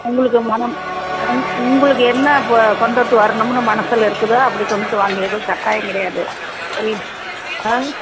உங்களுக்கு மனம் உங் உங்களுக்கு என்ன ப கொண்டுகிட்டு வரணும்ன்னு மனசில் இருக்குதோ அப்படி கொண்டுகிட்டு வாங்க எதுவும் கட்டாயம் கிடையாது சரி ஆ